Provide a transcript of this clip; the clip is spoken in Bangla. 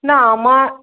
না আমার